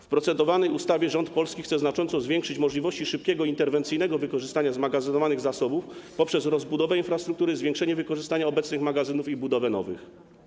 W procedowanej ustawie rząd polski chce znacząco zwiększyć możliwości szybkiego, interwencyjnego wykorzystania zmagazynowanych zasobów poprzez rozbudowę infrastruktury, zwiększenie wykorzystania obecnych magazynów i budowę nowych.